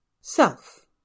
self